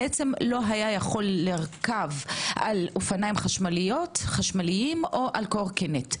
לא היה יכול לרכב על אופנים חשמליים או על קורקינט.